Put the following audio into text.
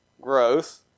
Growth